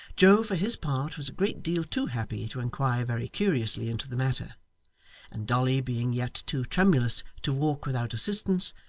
joe, for his part, was a great deal too happy to inquire very curiously into the matter and dolly being yet too tremulous to walk without assistance,